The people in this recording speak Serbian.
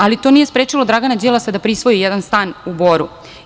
Ali, to nije sprečilo Dragana Đilasa da prisvoji jedan stan u Boru.